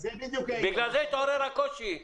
בגלל זה התעורר הקושי.